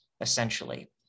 essentially